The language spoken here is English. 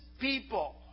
people